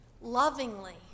lovingly